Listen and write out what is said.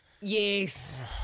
Yes